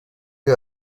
que